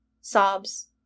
sobs